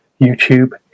YouTube